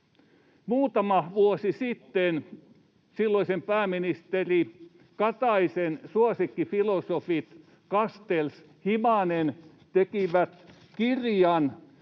Muutama vuosi sitten silloisen pääministerin Kataisen suosikkifilosofit Castells, Himanen tekivät kirjan